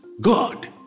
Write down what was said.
God